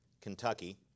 Kentucky